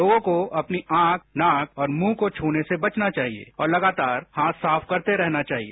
लोगों को अपनी आख नाक और मुंह को छने से बचना चाहिए और लगातार हाथ साफ करते रहना चाहिए